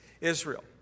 Israel